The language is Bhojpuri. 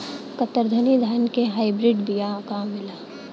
कतरनी धान क हाई ब्रीड बिया आवेला का?